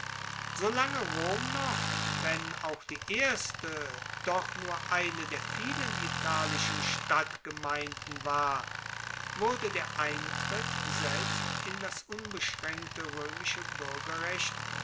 solange rom noch wenn auch die erste doch nur eine der vielen italischen stadtgemeinden war wurde der eintritt selbst in das unbeschraenkte roemische buergerrecht